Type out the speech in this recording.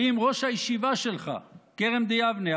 האם ראש הישיבה כרם ביבנה,